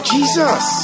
Jesus